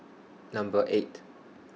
Number eight